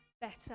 better